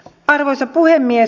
arvoisa puhemies